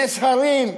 נס-הרים,